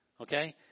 Okay